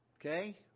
Okay